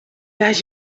las